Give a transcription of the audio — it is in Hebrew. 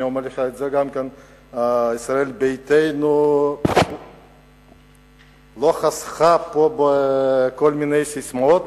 אני אומר את זה גם לך: ישראל ביתנו לא חסכה פה בכל מיני ססמאות.